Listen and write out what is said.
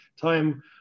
time